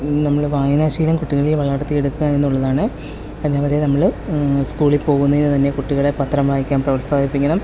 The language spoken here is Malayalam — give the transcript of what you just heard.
നമ്മൾ വായനാശീലം കുട്ടികളിൽ വളർത്തിയെടുക്കുക എന്നുള്ളതാണ് അതിന് അവരെ നമ്മൾ സ്കൂളിൽ പോകുന്നതിന് തന്നെ കുട്ടികളെ പത്രം വായിക്കാൻ പ്രോത്സാഹിപ്പിക്കണം